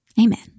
Amen